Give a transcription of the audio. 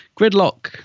Gridlock